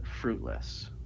fruitless